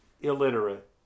illiterate